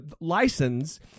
license